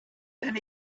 then